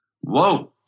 whoa